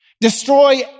destroy